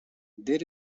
there